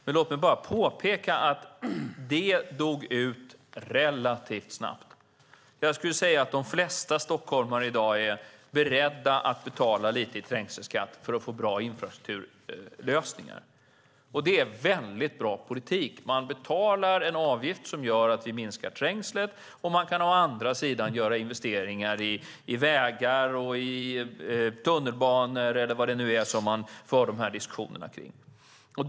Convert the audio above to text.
Men låt mig bara påpeka att det dog ut relativt snabbt. Jag skulle säga att de flesta stockholmare i dag är beredda att betala lite i trängselskatt för att få bra infrastrukturlösningar. Och det är väldigt bra politik. Människor betalar en avgift som gör att trängseln minskar, och man kan å andra sidan göra investeringar i vägar, tunnelbanor eller vad det nu är som man för diskussioner kring.